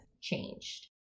changed